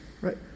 Right